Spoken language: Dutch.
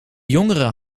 jongeren